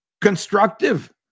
constructive